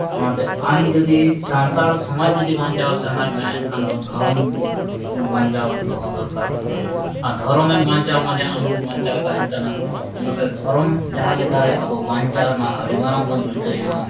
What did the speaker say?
ᱚᱱᱟᱛᱮ ᱟᱢ ᱡᱩᱫᱤ ᱥᱟᱱᱛᱟᱲ ᱥᱚᱢᱟᱡᱽ ᱡᱩᱫᱤ ᱵᱟᱧᱪᱟᱣ ᱥᱟᱱᱟᱭᱮᱫ ᱢᱮᱭᱟ ᱮᱱᱠᱷᱟᱱ ᱫᱚ ᱫᱷᱚᱨᱚᱢ ᱵᱟᱧᱪᱟᱣ ᱫᱚᱨᱠᱟᱨᱚᱜ ᱠᱟᱱᱟ ᱟᱨ ᱫᱷᱚᱨᱚᱢᱮᱢ ᱵᱟᱧᱪᱟᱣᱟ ᱢᱟᱱᱮ ᱟᱢ ᱦᱚᱢ ᱵᱟᱧᱪᱟᱣ ᱛᱟᱦᱮᱱ ᱠᱟᱱᱟ ᱚᱱᱟᱛᱮ ᱫᱷᱚᱨᱚᱢ ᱡᱟᱦᱟᱸ ᱞᱮᱠᱟ ᱨᱮ ᱟᱵᱚ ᱵᱟᱧᱪᱟᱣ ᱨᱮᱱᱟᱜ ᱟᱹᱰᱤ ᱢᱟᱨᱟᱝ ᱵᱚᱱ ᱨᱤᱠᱟᱹᱭᱢᱟ